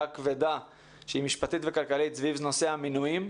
כבדה שהיא משפטית וכלכלית סביב נושא המינויים.